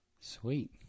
Sweet